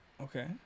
Okay